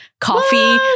Coffee